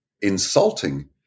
insulting